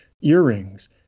earrings